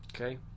okay